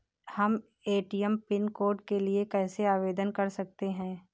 हम ATM pin code के लिए कैसे आवेदन कर सकते हैं?